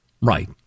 Right